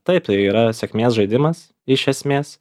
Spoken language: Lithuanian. taip tai yra sėkmės žaidimas iš esmės